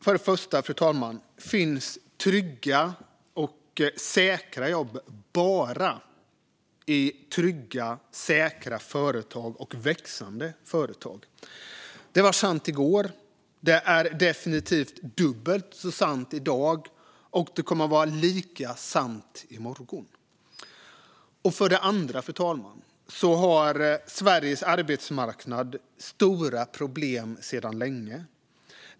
För det första finns trygga och säkra jobb bara i trygga, säkra och växande företag. Det var sant i går. Det är definitivt dubbelt sant i dag. Och det kommer att vara lika sant i morgon. För det andra har Sveriges arbetsmarknad stora problem sedan länge.